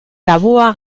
tabua